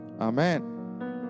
Amen